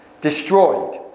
destroyed